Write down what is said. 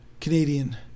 Canadian